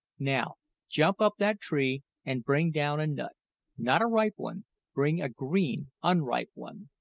now jump up that tree and bring down a nut not a ripe one bring a green, unripe one.